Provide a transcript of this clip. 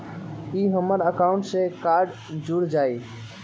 ई हमर अकाउंट से कार्ड जुर जाई?